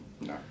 No